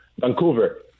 Vancouver